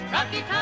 Rocky